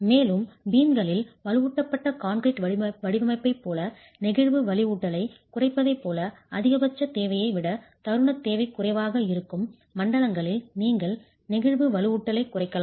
மேலும் பீம்களில் வலுவூட்டப்பட்ட கான்கிரீட் வடிவமைப்பைப் போல நெகிழ்வு வலுவூட்டலைக் குறைப்பதைப் போல அதிகபட்ச தேவையை விட தருணத் தேவை குறைவாக இருக்கும் மண்டலங்களில் நீங்கள் நெகிழ்வு வலுவூட்டலைக் குறைக்கலாம்